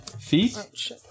feet